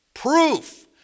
Proof